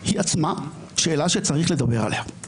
היא עצמה שאלה שצריך לדבר עליה.